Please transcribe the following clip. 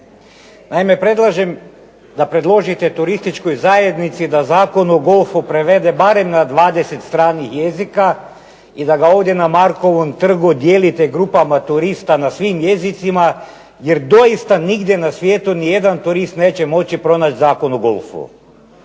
Naime, predlažem da predložite turističkoj zajednici da Zakon o golfu prevede barem na 20 stranih jezika i da ga ovdje na Markovom trgu dijelite grupama turista na svim jezicima jer doista nigdje na svijetu nijedan turist neće moći pronaći Zakon o golfu.